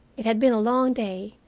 it had been a long day,